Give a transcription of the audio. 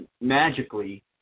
magically